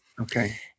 Okay